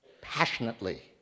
passionately